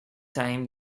time